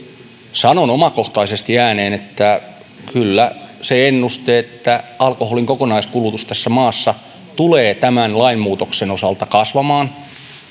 sanon omakohtaisesti ääneen että kyllä se ennuste että alkoholin kokonaiskulutus tässä maassa tulee tämän lainmuutoksen osalta kasvamaan